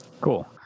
Cool